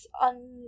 on